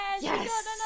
Yes